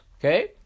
Okay